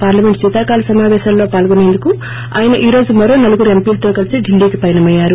parliament శీతాకాల సమాపేశాలలో పాల్గొసేందుకు ఆయన ఈ రోజు మరో నలుగురు ఎంపీలతో కలిసి ఢిల్లీకి పయనమయ్యారు